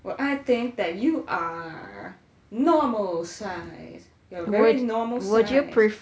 well I think that you are normal size you're very normal sized